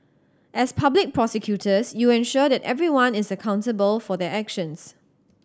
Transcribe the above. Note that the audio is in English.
as public prosecutors you ensure that everyone is accountable for their actions